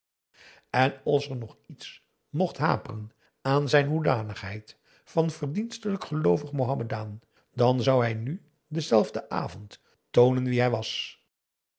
en als er nog iets mocht haperen aan zijn hoedanigheid van verdienstelijk geloovig mohammedaan dan zou hij nu denzelfden avond toonen wie hij was